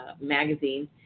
magazine